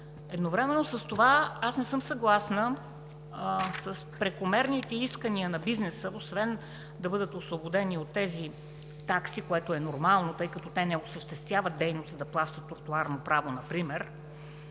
Едновременно с това, аз не съм съгласна с прекомерните искания на бизнеса, освен да бъдат освободени от тези такси, което е нормално, тъй като те не осъществяват дейност да плащат тротоарно право например